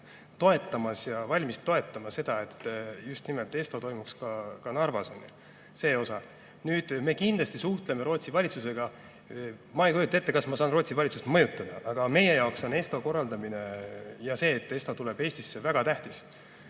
toetamas ja valmis toetama seda, et ESTO toimuks ka Narvas. Me kindlasti suhtleme Rootsi valitsusega. Ma ei kujuta ette, kas ma saan Rootsi valitsust mõjutada, aga meie jaoks on ESTO korraldamine ja see, et ESTO tuleb Eestisse, väga tähtis.